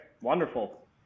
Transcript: Wonderful